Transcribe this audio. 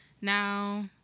now